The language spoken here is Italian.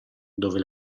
dove